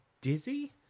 Dizzy